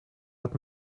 hat